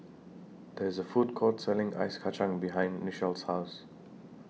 There IS A Food Court Selling Ice Kacang behind Nichelle's House